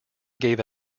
gave